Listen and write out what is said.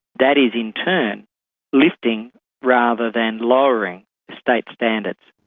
that is in turn lifting rather than lowering state standards.